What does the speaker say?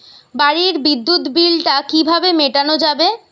বাড়ির বিদ্যুৎ বিল টা কিভাবে মেটানো যাবে?